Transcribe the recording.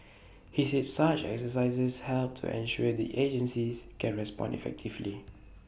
he said such exercises help to ensure the agencies can respond effectively